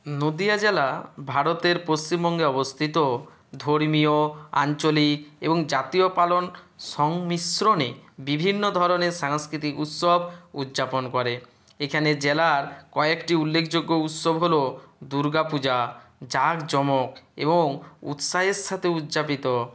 নদীয়া জেলা ভারতের পশ্চিমবঙ্গে অবস্থিত ধর্মীয় আঞ্চলিক এবং জাতীয় পালন সংমিশ্রণে বিভিন্ন ধরনের সাংস্কৃতিক উৎসব উদযাপন করে এখানে জেলার কয়েকটি উল্লেখযোগ্য উৎসব হল দুর্গা পূজা জাঁকজমক এবং উৎসাহের সাথে উদযাপিত